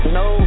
no